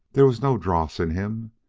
there was no dross in him.